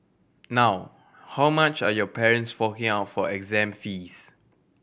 now how much are your parents forking out for exam fees